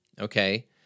Okay